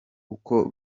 uko